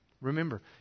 Remember